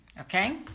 Okay